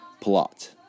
Plot